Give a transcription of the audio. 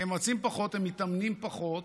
הם מתאמנים פחות,